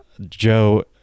Joe